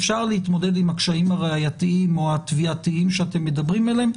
אפשר להתמודד עם הקשיים הראייתיים או התביעתיים שאתם מדברים עליהם.